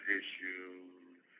issues